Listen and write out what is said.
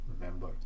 remember